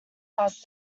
asked